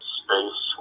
space